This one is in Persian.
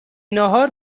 ناهار